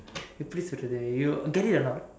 எப்படி சொல்லுறது:eppadi sollurathu you get it or not